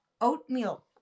oatmeal